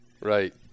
Right